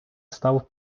став